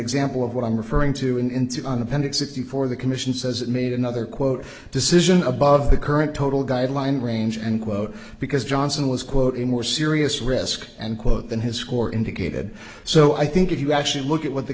example of what i'm referring to in an appendix it before the commission says it made another quote decision above the current total guideline range and quote because johnson was quote a more serious risk and quote than his score indicated so i think if you actually look at what the